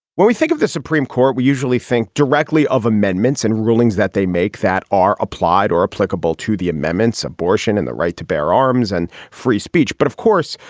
when we think of the supreme court, we usually think directly of amendments and rulings that they make that are applied or applicable to the amendments, abortion and the right to bear arms and free speech. but of course,